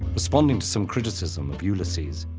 responding to some criticism of ulysses,